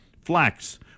flax